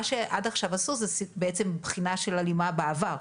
מה שעד עכשיו עשו זה בעצם בחינה של הלימה בעבר,